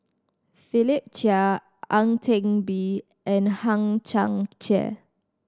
Philip Chia Ang Teck Bee and Hang Chang Chieh